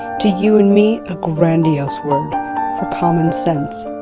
to you and me, a grandiose word for common sense,